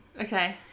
Okay